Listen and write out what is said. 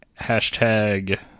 Hashtag